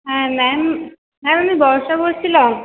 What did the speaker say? হ্যাঁ ma'am ma'am আমি বর্ষা বলছিলাম